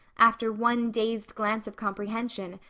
after one dazed glance of comprehension,